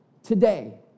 Today